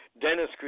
Dennis